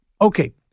okay